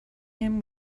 him